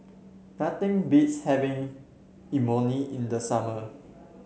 nothing beats having Imoni in the summer